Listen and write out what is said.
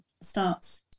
starts